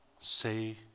say